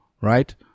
right